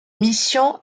mission